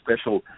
special